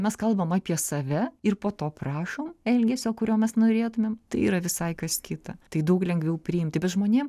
mes kalbam apie save ir po to prašom elgesio kurio mes norėtumėm tai yra visai kas kita tai daug lengviau priimti bet žmonėm